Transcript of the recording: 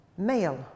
Male